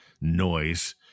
noise